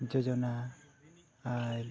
ᱡᱳᱡᱚᱱᱟ ᱟᱨ